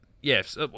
yes